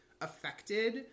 affected